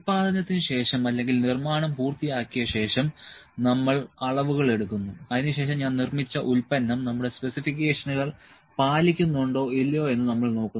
ഉൽപ്പാദനത്തിന് ശേഷം അല്ലെങ്കിൽ നിർമ്മാണം പൂർത്തിയാക്കിയ ശേഷം നമ്മൾ അളവുകൾ എടുക്കുന്നു അതിനുശേഷം ഞാൻ നിർമ്മിച്ച ഉൽപ്പന്നം നമ്മുടെ സ്പെസിഫിക്കേഷനുകൾ പാലിക്കുന്നുണ്ടോ ഇല്ലയോ എന്ന് നമ്മൾ നോക്കുന്നു